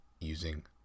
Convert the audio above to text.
using